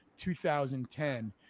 2010